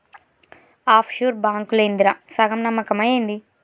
half sure బాంకులేందిరా, సగం నమ్మకమా ఏంది